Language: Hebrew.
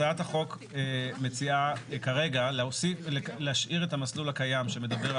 הצעת החוק מציעה כרגע להשאיר את המסלול הקיים שמדבר,